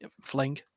fling